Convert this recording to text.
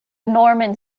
normans